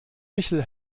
michel